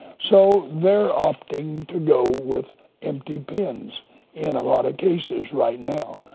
so, they're opting to go with empty pens in a lot of cases right now.